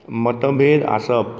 मतभेद आसप